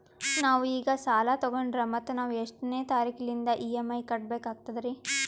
ನಾವು ಈಗ ಸಾಲ ತೊಗೊಂಡ್ರ ಮತ್ತ ನಾವು ಎಷ್ಟನೆ ತಾರೀಖಿಲಿಂದ ಇ.ಎಂ.ಐ ಕಟ್ಬಕಾಗ್ತದ್ರೀ?